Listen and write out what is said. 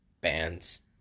bands